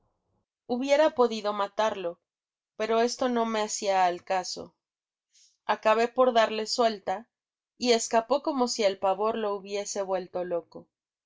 hubiera podido matarle pero esto no me hacia al caso acabé por darle suelta y escapó como si el pavor lo hubiese vuelto loco